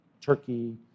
turkey